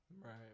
Right